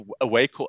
awake